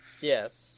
Yes